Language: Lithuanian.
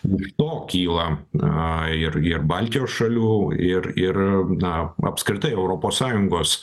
iš to kyla na ir ir baltijos šalių ir ir na apskritai europos sąjungos